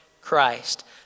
Christ